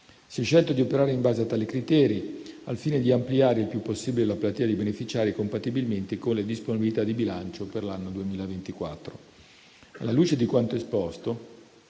Si è scelto di operare in base a tali criteri al fine di ampliare il più possibile la platea dei beneficiari, compatibilmente con le disponibilità di bilancio per l'anno 2024. Alla luce di quanto esposto,